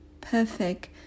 perfect